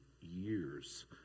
years